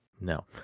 no